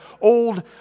old